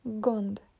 Gond